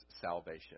salvation